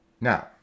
Now